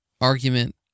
argument